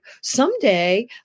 someday